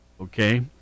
okay